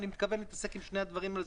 אני מתכוון לעסוק בנושאים האלה.